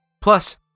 Plus